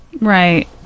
right